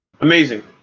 Amazing